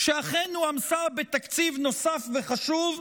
שאכן הועמסה בתקציב נוסף וחשוב,